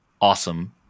awesome